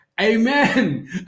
Amen